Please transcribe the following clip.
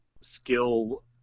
skill